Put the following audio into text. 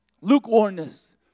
Lukewarmness